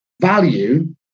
value